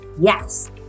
yes